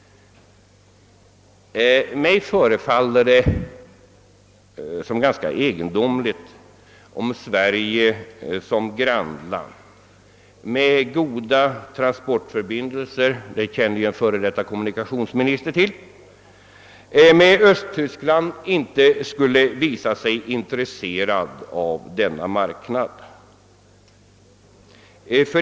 Det förefaller mig ganska egendom ligt om Sverige, ett grannland med goda transportförbindelser med Östtyskland — det känner den förra kommunikationsministern till — inte skulle visa sig intresserat av denna marknad.